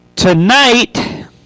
Tonight